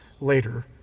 later